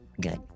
Good